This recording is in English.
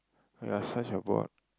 you are such a bore